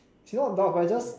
actually not doubt but it's just